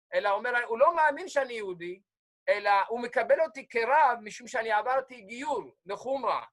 אלא אומר, הוא לא מאמין שאני יהודי, אלא הוא מקבל אותי כרב משום שאני עברתי גיור, לחומרה.